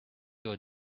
your